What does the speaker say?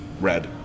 Red